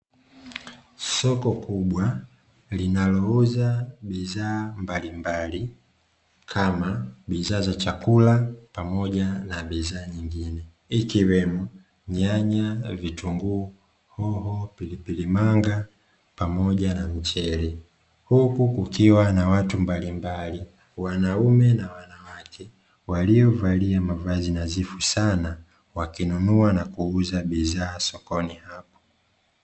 Soko kubwa linalouza bidhaa mbalimbali kama bidhaa za chakula pamoja na bidhaa nyingine, ikiwemo: nyanya, vitunguu, hoho, pilipili manga pamoja na mchele. Huku kukiwa na watu mbalimbali, wanaume na wanawake waliovalia mavazi nadhifu sana wakinunua na kuuza bidhaa sokoni hapo.